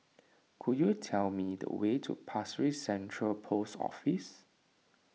could you tell me the way to Pasir Ris Central Post Office